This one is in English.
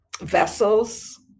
vessels